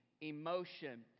emotion